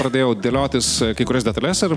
pradėjau dėliotis kai kurias detales ir